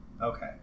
Okay